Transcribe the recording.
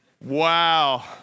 Wow